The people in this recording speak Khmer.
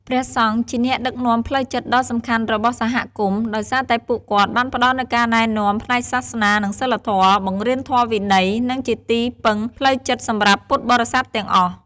ព្រះសង្ឃជាអ្នកដឹកនាំផ្លូវចិត្តដ៏សំខាន់របស់សហគមន៍ ដោយសារតែពួកគាត់បានផ្ដល់នូវការណែនាំផ្នែកសាសនា និងសីលធម៌ បង្រៀនព្រះធម៌វិន័យ និងជាទីពឹងផ្លូវចិត្តសម្រាប់ពុទ្ធបរិស័ទទាំងអស់។